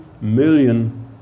million